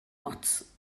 ots